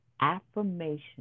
affirmation